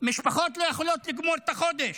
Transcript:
משפחות לא יכולת לגמור את החודש.